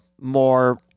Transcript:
more